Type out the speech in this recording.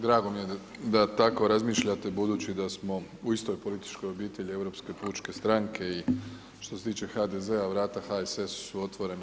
Drago mi je da tako razmišljate budući da smo u istoj političkoj obitelji Europske pučke stranke i što se tiče HDZ-a vrata HSS-u su otvorena.